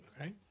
Okay